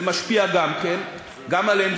שזה משפיע גם כן גם עליהם,